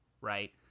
right